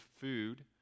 food